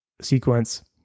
sequence